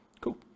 Cool